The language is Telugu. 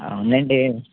అవునండి